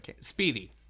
speedy